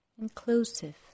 inclusive